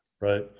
Right